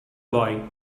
boy